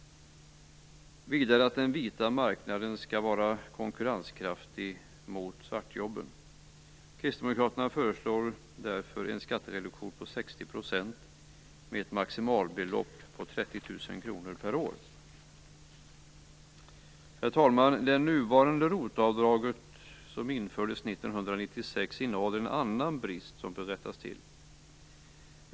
Vidare skall den vita marknaden vara konkurrenskraftig mot svartjobben. Kristdemokraterna föreslår därför en skattereduktion på 60 %, med ett maximalbelopp på 30 000 kr per år. Herr talman! Det nuvarande ROT-avdraget som infördes 1996 har en annan brist som bör rättas till.